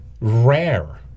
rare